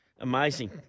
Amazing